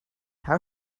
how